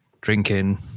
drinking